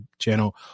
channel